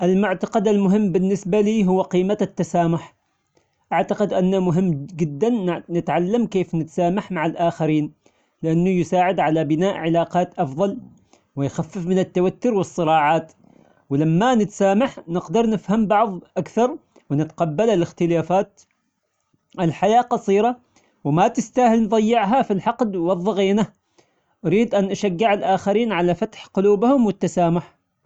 المعتقد المهم بالنسبة لي هو قيمة التسامح، أعتقد أنه مهم جدا نت- نتعلم كيف نتسامح مع الآخرين، لأنه يساعد على بناء علاقات افضل، ويخفف من التوتر والصراعات، ولما نتسامح نقدر نفهم بعض أكثر ونتقبل الإختلافات. الحياة قصيرة وما تستاهل نضيعها في الحقد والظغينة. أريد أن أشجع الآخرين على فتح قلوبهم والتسامح.